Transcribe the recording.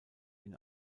ihn